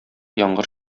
яңгыр